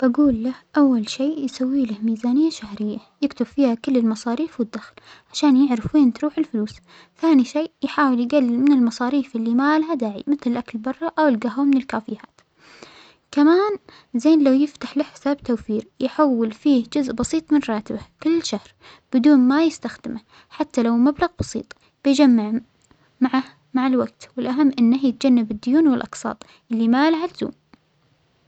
بجول له أو شيء يسوي له ميزانية شهرية يكتب فيها كل المصاريف والدخل عشان يعرف وين تروح الفلوس، ثانى شيء يحاول يجلل من المصاريف اللى ما إلها داعى مثل الأكل برة أو الجهوة من الكافيهات، كمان زين لو يفتح له حساب توفير يحول فيه جزء بسيط من راتبه كل شهر بدون ما يستخدمه حتى لو مبلغ بسيط بيجمع مع الوجت، والأهم أنه يتجنب الديون والأجساط اللى ما لها لزوم.